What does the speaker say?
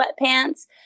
sweatpants